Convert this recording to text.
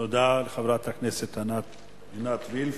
תודה לחברת הכנסת עינת וילף.